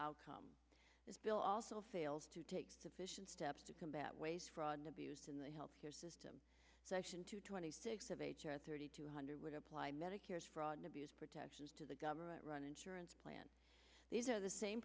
outcome this bill also fails to take sufficient steps to combat waste fraud and abuse in the health care system session two twenty six of h r thirty two hundred would apply medicare's fraud and abuse protections to the government run insurance plan these are the same